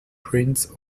prince